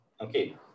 Okay